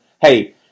Hey